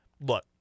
look